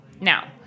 now